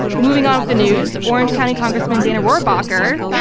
moving on with the news, orange county congressman, dana rohrabacher, yeah